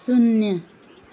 शून्य